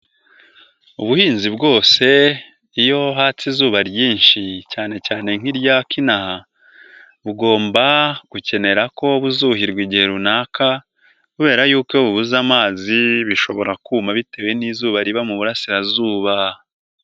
Ubuhinzi bwose iyo hatse izuba ryinshi cyane cyane nk'iryaka inaha, bugomba gukenera ko buzuhirwa igihe runaka kubera yuko iyo bubuze amazi bishobora kuma bitewe n'izuba riba mu Burasirazuba.